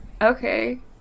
Okay